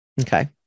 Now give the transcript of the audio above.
Okay